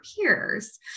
peers